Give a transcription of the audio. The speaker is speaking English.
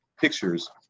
pictures